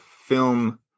film